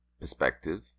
perspective